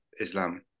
Islam